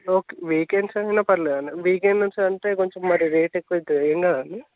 okay weekends అయిన పర్వాలేదు అండి వీకెండ్స్ అంటే కొంచెం మరి రేట్ ఎక్కువ అవుతుంది ఏమి కాదా అండి